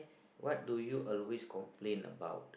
what do you always complain about